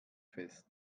fest